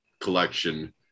collection